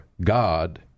God